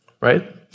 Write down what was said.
Right